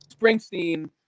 Springsteen